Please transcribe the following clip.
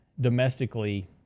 domestically